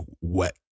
wet